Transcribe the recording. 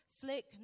Flick